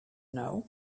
know